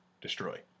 destroy